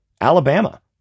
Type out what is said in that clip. Alabama